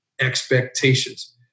expectations